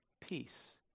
peace